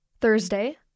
Thursday